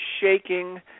shaking